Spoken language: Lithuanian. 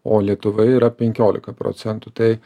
o lietuva yra penkiolika procentų tai